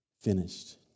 finished